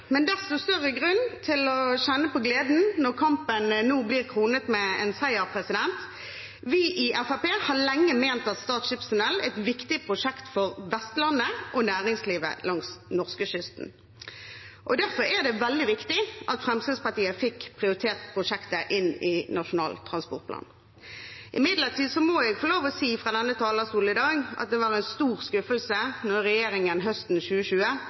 men desto større grunn til å kjenne på gleden når kampen nå blir kronet med seier. Vi i Fremskrittspartiet har lenge ment at Stad skipstunnel er et viktig prosjekt for Vestlandet og næringslivet langs norskekysten. Derfor er det veldig viktig at Fremskrittspartiet fikk prioritert prosjektet inn i Nasjonal transportplan. Imidlertid må jeg få lov til å si fra denne talerstolen i dag at det var en stor skuffelse da regjeringen høsten 2020